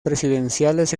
presidenciales